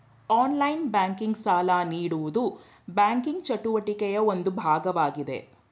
online banking, ಸಾಲ ನೀಡುವುದು banking ಚಟುವಟಿಕೆಯ ಒಂದು ಭಾಗವಾಗಿದೆ